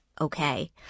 okay